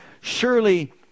Surely